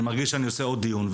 אני מרגיש שאני עושה עוד דיון,